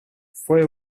fue